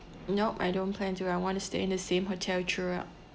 nope I don't plan to I want to stay in the same hotel throughout